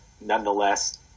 nonetheless